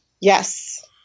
Yes